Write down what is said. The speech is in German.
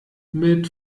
mit